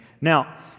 Now